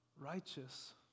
righteous